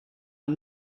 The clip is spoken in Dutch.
hun